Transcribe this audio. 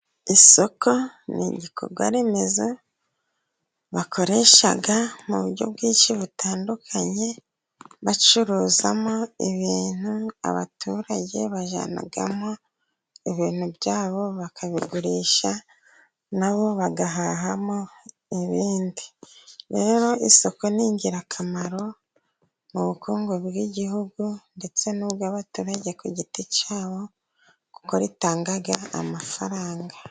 Isoko ni igikorwa remezo, bakoresha mu buryo bwinshi butandukanye bacuruzamo ibintu, abaturage bajyanamo ibintu byabo bakabigurisha, na bo bagahahamo ibindi. Rero isoko ni ingirakamaro mu bukungu bw'igihugu, ndetse n'ubw'abaturage ku giti cyabo kuko ritanga amafaranga.